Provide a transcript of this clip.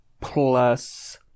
plus